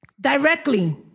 Directly